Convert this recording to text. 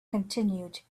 continued